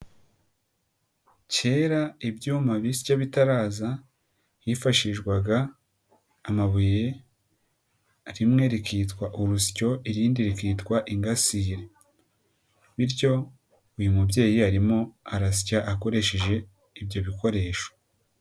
Kera ibyuma bisya bitaraza hifashishwaga amabuye, rimwe rikitwa urusyo, irindi rikitwa ingasire bityo uyu mubyeyi arimo arasya akoresheje ibyo bikoresho.